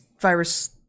virus